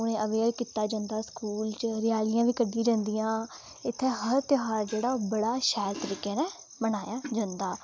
उ'नेंगी अवेयर कीता जंदा स्कूल च रैलियां बी कढ्ढियां जंदियां इत्थें हर ध्यार जेह्ड़ा बड़े शैल तरीकै नै मनाया जंदा